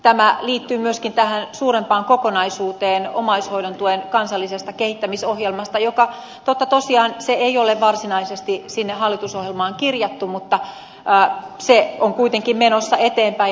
tämä liittyy myöskin tähän suurempaan kokonaisuuteen omaishoidon tuen kansalliseen kehittämisohjelmaan jota totta tosiaan ei ole varsinaisesti sinne hallitusohjelmaan kirjattu mutta se on kuitenkin menossa eteenpäin